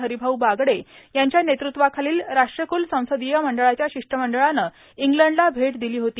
हरिभाऊ बागडे यांच्या नेतृत्वाखालील राष्ट्रकुल संसदीय मंडळाच्या शिष्टमंडळानं इंग्लंडला भेट दिली होती